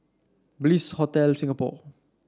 Bliss Hotel Singapore